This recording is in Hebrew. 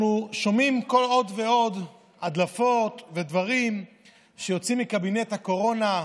אנחנו שומעים עוד ועד הדלפות ודברים שיוצאים מקבינט הקורונה,